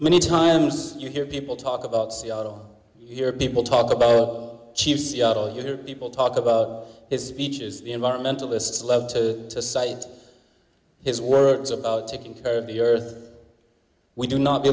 many times you hear people talk about seattle you hear people talk about chief seattle you hear people talk about his speeches the environmentalists love to cite his words about taking care of the earth we do not be